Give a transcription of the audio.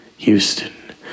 Houston